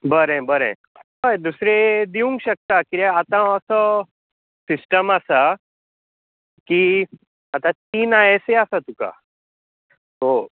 बरें बरें हय दुसरी दिवंक शकता कित्याक आतां असो सिस्टम आसा की आतां तीन आय एस ए आसा तुका सो